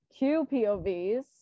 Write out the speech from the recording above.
QPOVs